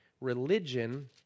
religion